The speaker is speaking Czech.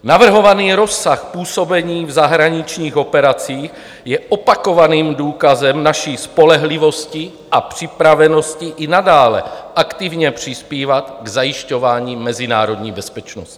Navrhovaný rozsah působení v zahraničních operacích je opakovaným důkazem naší spolehlivosti a připravenosti i nadále aktivně přispívat k zajišťování mezinárodní bezpečnosti.